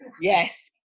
Yes